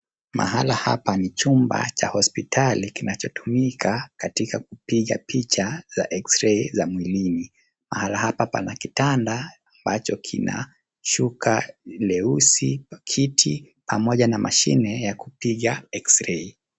Mahala hapa ni chumba cha hospitali kinachotumika katika kupiga picha za x-ray za mwilini. Mahala hapa pana kitanda ambacho kina shuka leusi, kiti, pamoja na mashine ya kupiga x-ray .